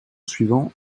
suivant